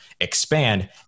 expand